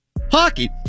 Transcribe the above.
hockey